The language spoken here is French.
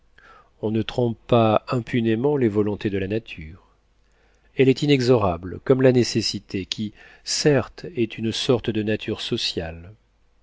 on ne trompe pas impunément les volontés de la nature elle est inexorable comme la nécessité qui certes est une sorte de nature sociale